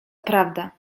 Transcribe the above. prawda